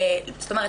זאת אומרת,